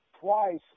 twice